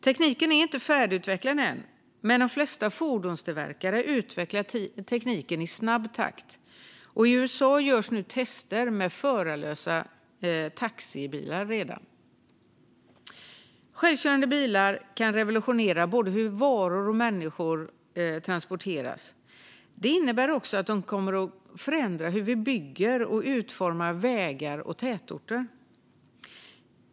Tekniken är inte färdigutvecklad än, men de flesta fordonstillverkare utvecklar tekniken i snabb takt. Och i USA görs redan tester med förarlösa taxibilar. Självkörande bilar kan revolutionera hur varor och människor transporteras. Det innebär också att de kommer att förändra hur vi bygger och utformar vägar och tätorter.